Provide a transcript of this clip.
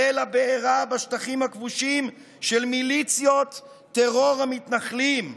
ליל הבערה בשטחים הכבושים של מיליציות טרור המתנחלים.